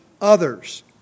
others